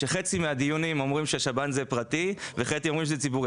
שחצי מהדיונים אומרים שהשב"ן זה פרטי וחצי אומרים שהוא ציבורי,